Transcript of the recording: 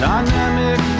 Dynamic